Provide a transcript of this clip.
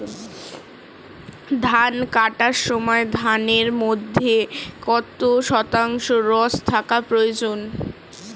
ধান কাটার সময় ধানের মধ্যে কত শতাংশ রস থাকা প্রয়োজন?